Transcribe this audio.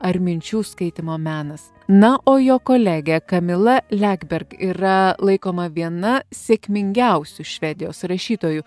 ar minčių skaitymo menas na o jo kolegė kamila legberg yra laikoma viena sėkmingiausių švedijos rašytojų